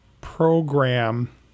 program